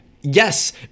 Yes